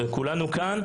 כולנו כאן.